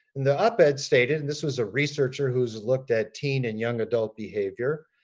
and the op ed stated, and this was a researcher who has looked at teen and young adult behavior,